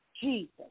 Jesus